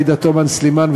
עאידה תומא סלימאן,